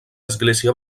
església